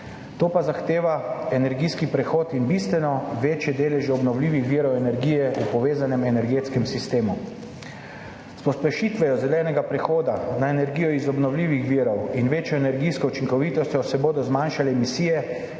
To pa zahteva energijski prehod in bistveno večje deleže obnovljivih virov energije v povezanem energetskem sistemu. S pospešitvijo zelenega prehoda na energijo iz obnovljivih virov in večjo energijsko učinkovitostjo se bodo zmanjšale emisije,